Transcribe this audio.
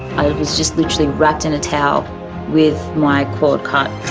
i was just literally wrapped in a towel with my cord cut.